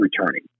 returning